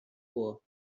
poor